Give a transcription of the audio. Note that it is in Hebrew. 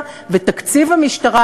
המשמעות של זה תהיה קיצוץ בתקציב המשרד